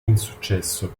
insuccesso